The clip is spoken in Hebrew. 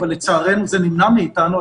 אבל לצערנו זה נמנע מאיתנו,